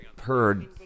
heard